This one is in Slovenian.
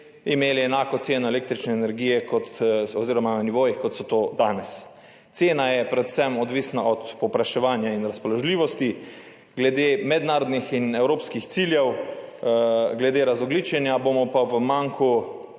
imeli enako ceno električne energije na nivojih, kot so danes. Cena je predvsem odvisna od povpraševanja in razpoložljivosti, glede mednarodnih in evropskih ciljev, glede razogljičenja bomo pa v manku